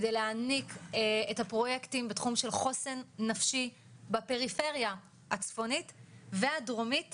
כדי להעניק את הפרויקטים בתחום של חוסן נפשי בפריפריה הצפונית והדרומית